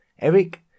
Eric